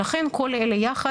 לכן כל אלה יחד,